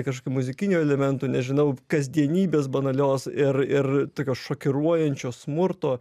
kažkokių muzikinių elementų nežinau kasdienybės banalios ir ir tokio šokiruojančio smurto